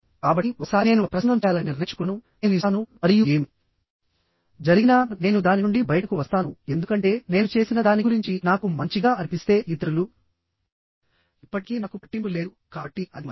కాబట్టి ఒకసారి నేను ఒక ప్రసంగం చేయాలని నిర్ణయించుకున్నాను నేను ఇస్తాను మరియు ఏమి జరిగినా నేను దాని నుండి బయటకు వస్తాను ఎందుకంటే నేను చేసిన దాని గురించి నాకు మంచిగా అనిపిస్తే ఇతరులు ఇప్పటికీ నాకు పట్టింపు లేదు కాబట్టి అది మంచిది